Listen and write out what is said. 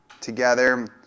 together